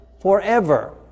forever